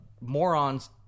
morons